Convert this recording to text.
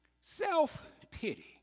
self-pity